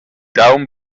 down